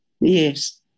Yes